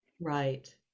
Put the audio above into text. right